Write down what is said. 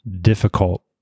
difficult